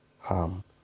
harm